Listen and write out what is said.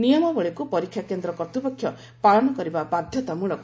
ନିୟମାବଳୀକୁ ପରୀକ୍ଷା କେନ୍ଦ୍ର କର୍ତ୍ତୃପକ୍ଷ ପାଳନ କରିବା ବାଧ୍ୟତାମୂଳକ